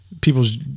people's